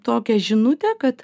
tokią žinutę kad